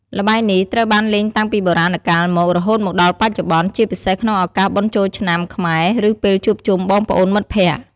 ល្បែងនេះត្រូវបានលេងតាំងពីបុរាណកាលមក រហូតមកដល់បច្ចុប្បន្ន ជាពិសេសក្នុងឱកាសបុណ្យចូលឆ្នាំខ្មែរ ឬពេលជួបជុំបងប្អូនមិត្តភក្តិ។